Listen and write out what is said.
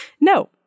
no